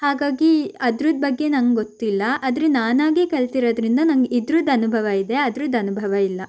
ಹಾಗಾಗಿ ಅದ್ರದ್ದು ಬಗ್ಗೆ ನನಗೆ ಗೊತ್ತಿಲ್ಲ ಆದರೆ ನಾನಾಗೇ ಕಲ್ತಿರೋದ್ರಿಂದ ನನಗೆ ಇದ್ರದ್ದು ಅನುಭವ ಇದೆ ಅದ್ರದ್ದು ಅನುಭವ ಇಲ್ಲ